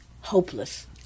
hopeless